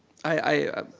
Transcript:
i